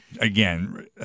Again